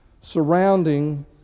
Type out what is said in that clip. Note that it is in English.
surrounding